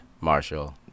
Marshall